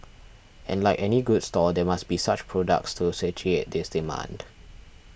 and like any good store there must be such products to satiate this demand